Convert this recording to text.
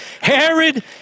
Herod